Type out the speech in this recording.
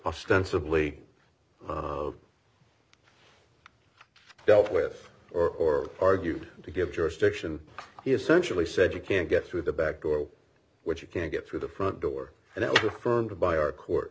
ostensibly dealt with or argued to give jurisdiction essentially said you can't get through the back door which you can't get through the front door and that was affirmed by our court